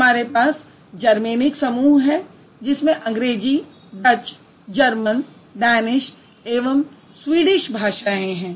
हमारे पास जर्मेनिक समूह है जिसमें अंग्रेज़ी डच जर्मन डैनिश एवं स्वीडिश भाषाएँ शामिल हैं